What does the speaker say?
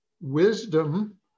wisdom